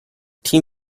team